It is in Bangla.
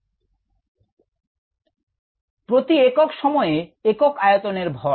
নির্ভর করে প্রতি একক সময়ে একক আয়তনের ভর